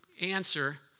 answer